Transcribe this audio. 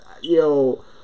yo